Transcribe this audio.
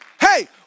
Hey